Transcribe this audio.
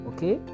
Okay